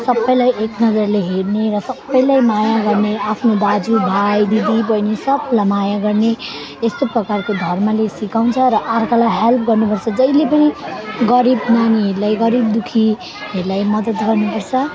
सबैलाई एक नजरले हेर्ने र सबैलाई माया गर्ने आफ्नो दाजुभाइ दिदीबैनी सबलाई माया गर्ने यस्तो प्रकारको धर्मले सिकाउँछ र अर्कालाई हेल्प गर्नुपर्छ जहिले पनि गरिब नानीहरूलाई गरिबदुःखीहरूलाई मदत गर्नुपर्छ